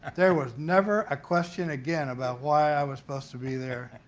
there was never a question again about why i was supposed to be there,